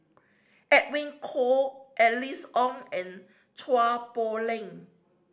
Edwin Koek Alice Ong and Chua Poh Leng